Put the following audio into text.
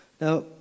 Now